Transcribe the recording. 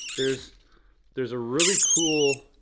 there's there's a really cool,